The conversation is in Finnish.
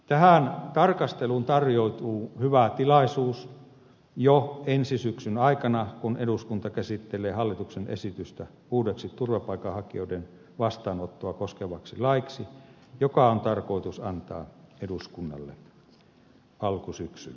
tähän tarkasteluun tarjoutuu hyvä tilaisuus jo ensi syksyn aikana kun eduskunta käsittelee hallituksen esitystä uudeksi turvapaikanhakijoiden vastaanottoa koskevaksi laiksi joka on tarkoitus antaa eduskunnalle alkusyksyllä